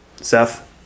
Seth